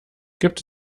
gibt